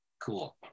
Cool